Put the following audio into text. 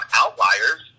outliers